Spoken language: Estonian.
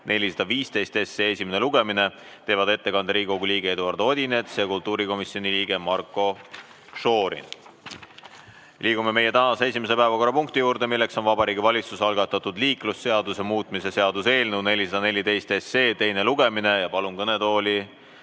415 esimene lugemine, teevad ettekande Riigikogu liige Eduard Odinets ja kultuurikomisjoni liige Marko Šorin. Liigume meie esimese päevakorrapunkti juurde: Vabariigi Valitsuse algatatud liiklusseaduse muutmise seaduse eelnõu 414 teine lugemine. Palun kõnetooli